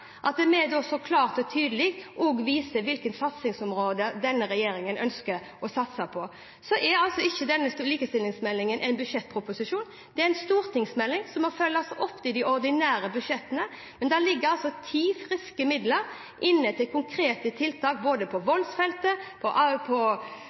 så klart og tydelig også viser hvilke områder denne regjeringen ønsker å satse på. Så er altså ikke denne likestillingsmeldingen en budsjettproposisjon. Det er en stortingsmelding, som må følges opp i de ordinære budsjettene, men det ligger altså 10 millioner friske midler inne til konkrete tiltak både på voldsfeltet, på næringsfeltet og på